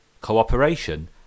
Cooperation